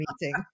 meeting